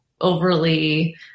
overly